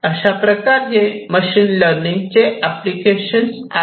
अशाप्रकारे machine learning चे application आहेत